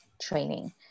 training